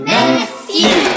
Matthew